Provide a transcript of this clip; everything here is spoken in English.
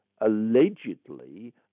allegedly